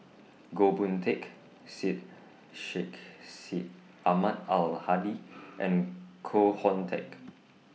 Goh Boon Teck Syed Sheikh Syed Ahmad Al Hadi and Koh Hoon Teck